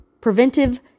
preventive